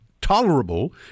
tolerable